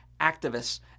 activists